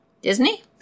Disney